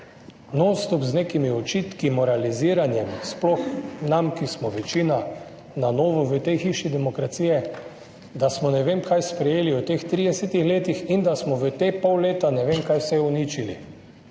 z nekimi očitki, moraliziranjem, sploh nam, ki smo po večini na novo v tej hiši demokracije, da smo ne vem kaj sprejeli v teh 30 letih, in da smo v teh pol leta ne vem kaj vse uničili.